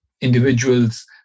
individuals